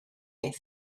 beth